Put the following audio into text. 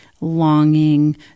longing